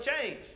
change